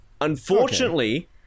unfortunately